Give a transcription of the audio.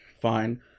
fine